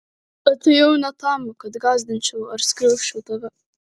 atėjau ne tam kad gąsdinčiau ar skriausčiau tave